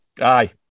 aye